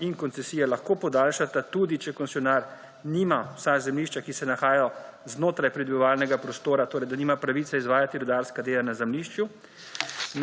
in koncesija lahko podaljšata, tudi če koncesionar nima vseh zemljišč, ki se nahajajo znotraj pridobivalnega prostora, torej, da nima pravice izvajati rudarskih del na zemljišču.